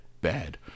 bad